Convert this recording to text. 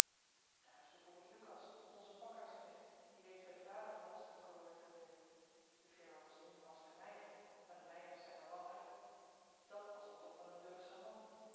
daar is by voorbeeld lukas onze pakhuisknecht die reeds by den vader van last co heeft gewerkt de firma was toen last meyer maar de meyers zyn er lang uit dàt was dan toch wel een deugdzaam man